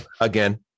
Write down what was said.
again